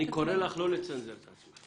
אני קורא לך לא לצנזר את עצמך.